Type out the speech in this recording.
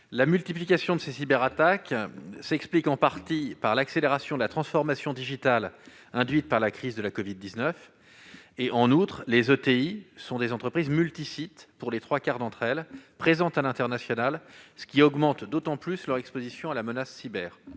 La multiplication des cyberattaques s'explique en partie par l'accélération de la transformation digitale induite par la crise de la covid-19. En outre, les ETI sont, pour les trois quarts d'entre elles, des entreprises multisites, présentes à l'international, ce qui augmente d'autant leur exposition à la menace cyber.